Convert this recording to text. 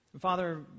Father